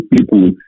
people